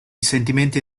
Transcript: sentimenti